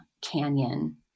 canyon